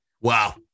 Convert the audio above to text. Wow